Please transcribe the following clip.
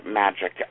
magic